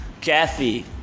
Kathy